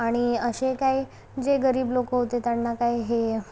आणि असे काय जे गरीब लोकं होते त्यांना काय हे